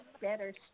better